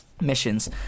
missions